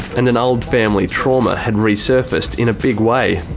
and an old family trauma had resurfaced in a big way.